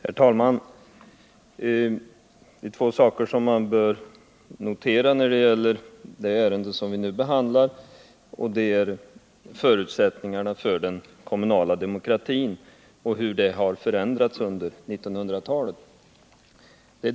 Herr talman! Det är två saker som man bör notera när det gäller det ärende som vi nu behandlar om förutsättningarna för den kommunala demokratin och hur de har förändrats under 1900-talet.